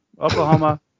Oklahoma